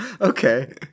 Okay